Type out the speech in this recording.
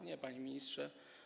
Nie, panie ministrze.